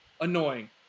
annoying